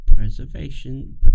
Preservation